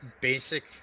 basic